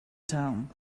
town